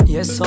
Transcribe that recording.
Yes